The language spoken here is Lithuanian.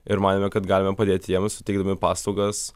ir manėme kad galime padėti jiems suteikdami paslaugas